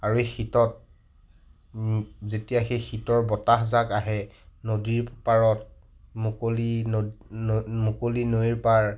আৰু এই শীতত যেতিয়া সেই শীতৰ বতাহজাক আহে নদীৰ পাৰত মুকলি নদ নদী মুকলি নৈৰ পাৰ